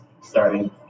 starting